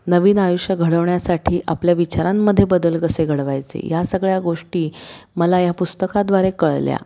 नवीन आयुष्य घडवण्यासाठी आपल्या विचारांमध्ये बदल कसे घडवायचे या सगळ्या गोष्टी मला या पुस्तकाद्वारे कळल्या